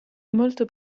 molto